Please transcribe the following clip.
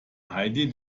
heidi